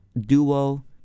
duo